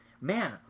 Man